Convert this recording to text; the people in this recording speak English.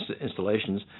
installations